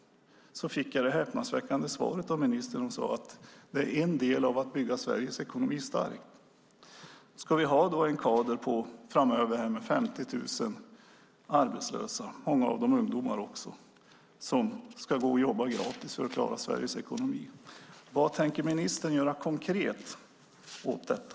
Då fick jag ett häpnadsväckande svar av ministern. Hon sade att det är en del av att bygga Sveriges ekonomi stark. Ska vi då framöver ha en kader av 50 000 arbetslösa, många av dem ungdomar, som ska jobba gratis för att klara Sveriges ekonomi? Vad tänker ministern göra, konkret, åt detta?